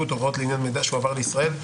(הוראות לעניין מידע שהועבר לישראל,